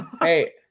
Hey